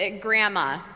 grandma